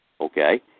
okay